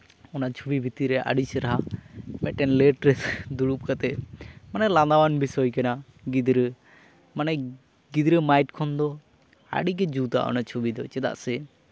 ᱚᱱᱟ ᱪᱷᱚᱵᱤ ᱵᱷᱤᱛᱨᱤ ᱨᱮ ᱟᱹᱰᱤ ᱪᱮᱦᱨᱟ ᱢᱤᱫᱴᱮᱱ ᱞᱮᱴ ᱨᱮ ᱫᱩᱲᱩᱵ ᱠᱟᱛᱮᱜ ᱢᱟᱱᱮ ᱞᱟᱸᱫᱟᱣᱟᱱ ᱵᱤᱥᱚᱭ ᱠᱟᱱᱟ ᱜᱤᱫᱽᱨᱟᱹ ᱢᱟᱱᱮ ᱜᱤᱫᱽᱨᱟᱹ ᱢᱟᱭᱤᱱᱰ ᱠᱷᱚᱱ ᱫᱚ ᱟᱹᱰᱤᱜᱮ ᱡᱩᱛᱼᱟ ᱚᱱᱟ ᱪᱷᱚᱵᱤ ᱫᱚ ᱪᱮᱫᱟᱜ ᱥᱮ